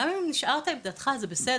גם אם השארת את עמדתך זה בסדר,